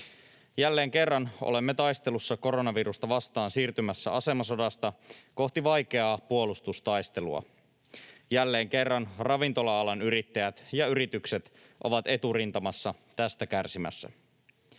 Jälleen kerran olemme taistelussa koronavirusta vastaan siirtymässä asemasodasta kohti vaikeaa puolustustaistelua. Jälleen kerran ravintola-alan yrittäjät ja yritykset ovat eturintamassa tästä kärsimässä.